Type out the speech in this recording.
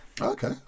Okay